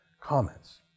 comments